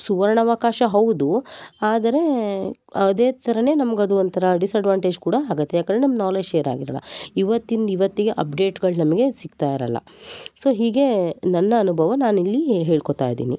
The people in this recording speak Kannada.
ಸುವರ್ಣವಕಾಶ ಹೌದು ಆದರೇ ಅದೇ ಥರ ನಮ್ಗೆ ಅದು ಒಂಥರಾ ಡಿಸ್ಅಡ್ವಾಂಟೇಜ್ ಕೂಡ ಆಗುತ್ತೆ ಯಾಕಂದರೆ ನಮ್ಮ ನಾಲೆಜ್ ಶೇರ್ ಆಗಿರೋಲ್ಲ ಇವತ್ತಿನ ಇವತ್ತಿಗೆ ಅಪ್ಡೇಟ್ಗಳು ನಮಗೆ ಸಿಗ್ತಾ ಇರೋಲ್ಲ ಸೊ ಹೀಗೆ ನನ್ನ ಅನುಭವ ನಾನಿಲ್ಲಿ ಹೇಳ್ಕೊತಾ ಇದೀನಿ